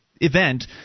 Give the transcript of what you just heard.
event